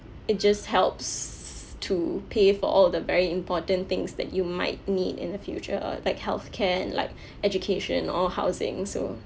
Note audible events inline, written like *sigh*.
it just helps to pay for all the very important things that you might need in the future like healthcare and like *breath* education or housing so